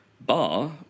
bar